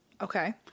Okay